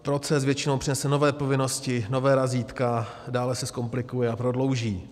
Proces většinou přinese nové povinnosti, nová razítka, dále se zkomplikuje a prodlouží.